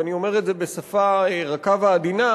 ואני אומר את זה בשפה רכה ועדינה,